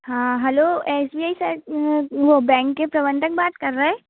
हाँ hello S V I site वो bank के प्रबंधक बात कर रहे